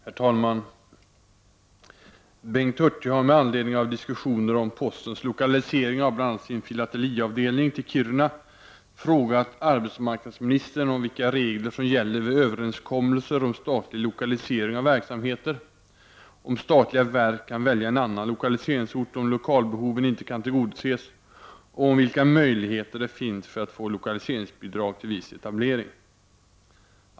Herr talman! Bengt Hurtig har med anledning av diskussioner om postens lokalisering av bl.a. sin filateliavdelning till Kiruna frågat arbetsmarknadsministern om vilka regler som gäller vid överenskommelser om statlig lokalisering av verksamheter, om statliga verk kan välja en annan lokaliseringsort om lokalbehoven inte kan tillgodoses och om vilka möjligheter det finns att få lokaliseringsbidrag till viss etablering.